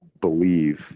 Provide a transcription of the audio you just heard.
believe